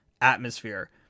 atmosphere